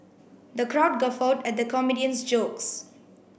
the crowd guffawed at the comedian's jokes